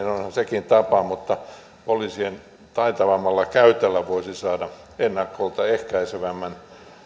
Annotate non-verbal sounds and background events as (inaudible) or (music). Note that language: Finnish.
(unintelligible) onhan sekin tapa mutta poliisien taitavammalla käytöllä voisi saada ennakolta ehkäisevämmän